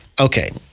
Okay